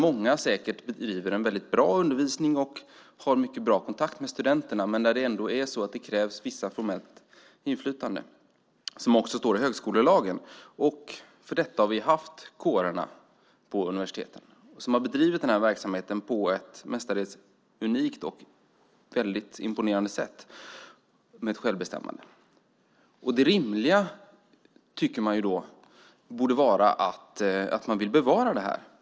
Många bedriver säkert en bra undervisning och har bra kontakt med studenterna, men kravet på formellt inflytande står i högskolelagen, och för detta har vi haft kårerna på universiteten som har bedrivit denna verksamhet på ett mestadels unikt och imponerande sätt med självbestämmande. Det rimliga borde vara att man vill bevara detta.